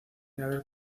haber